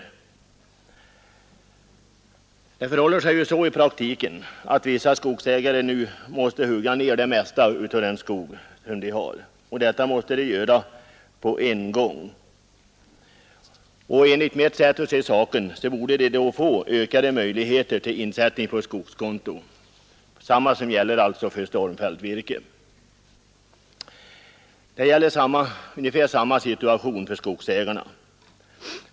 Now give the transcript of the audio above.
Då det förhåller sig så i praktiken att vissa skogsägare nu på en gång måste hugga ned det mesta av sin skog, borde dessa enligt mitt sätt att se beviljas ökade möjligheter till insättning på skogskonto, på samma sätt som gäller när man har stormfällt virke. Vederbörande skogsägare är i detta fall nämligen i ungefär samma situation.